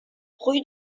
rue